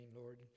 Lord